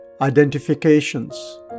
identifications